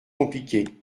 compliquée